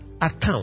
account